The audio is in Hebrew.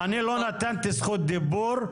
אני לא נתתי זכות דיבור.